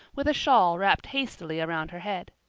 with a shawl wrapped hastily around her head.